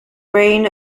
reign